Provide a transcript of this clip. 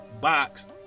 box